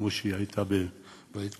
כמו שהיא הייתה בבית כזה.